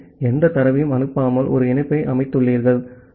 ஆகவே எந்த தரவையும் அனுப்பாமல் ஒரு இணைப்பை அமைத்துள்ளீர்கள்